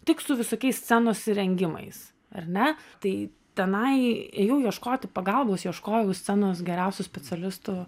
tik su visokiais scenos įrengimais ar ne tai tenai ėjau ieškoti pagalbos ieškojau scenos geriausių specialistų